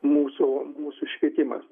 mūsų mūsų švietimas